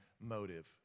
motive